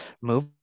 move